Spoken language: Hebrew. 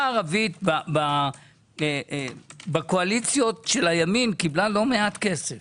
הערבית בקואליציות של הימין קיבלה לא מעט כסף